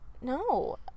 No